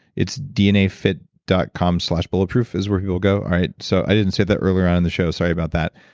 it's dnafit dot com slash bulletproof is where you will go. i so i didn't say that earlier on in the show sorry about that.